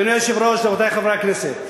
אדוני היושב-ראש, רבותי חברי הכנסת,